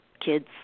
kids